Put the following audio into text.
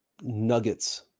nuggets